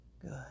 Good